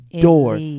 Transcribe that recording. door